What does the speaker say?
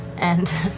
and